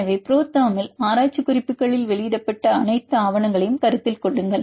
எனவே புரோதெர்மில் ஆராய்ச்சி குறிப்புக்களில் வெளியிடப்பட்ட அனைத்து ஆவணங்களையும் கருத்தில் கொள்ளுங்கள்